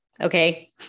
Okay